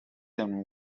and